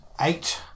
Eight